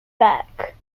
beck